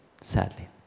sadly